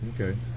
Okay